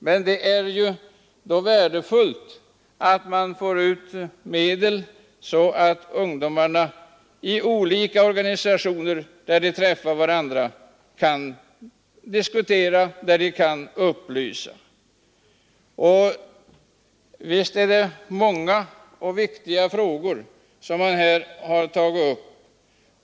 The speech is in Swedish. Men det är då värdefullt att man får ut medel så att ungdomarna i olika organisationer, där de träffar varandra, kan diskutera och upplysa. Det är många och viktiga frågor som här tagits upp.